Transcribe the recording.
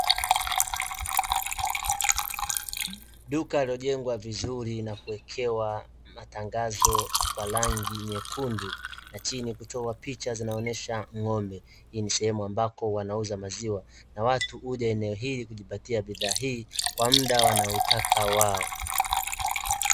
Duka lililojengwa vizuri na kuwekewa matangazo kwa rangi nyekundu na chini kuchorwa picha zinaonyesha ng'ombe. Hii ni sehemu ambayo wanauza maziwa na watu huja eneo hili kujipatia huduma hii kwa mda wanaoutaka wao.